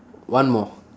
one more